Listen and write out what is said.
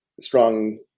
strong